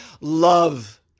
love